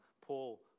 Paul